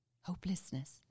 hopelessness